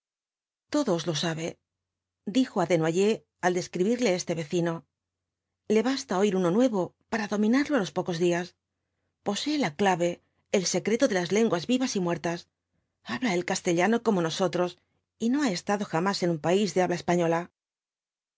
todos los sabe dijo á desnoyers al describirle este vecino le basta oir uno nuevo para dominarlo á los pocos días posee la clave el secreto de las lenguas vivas y muertas habla el castellano como nosotros y no ha estado jamás en un país de habla española